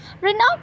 Renowned